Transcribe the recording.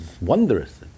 wondrous